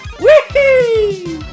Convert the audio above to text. Whee